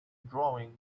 drawing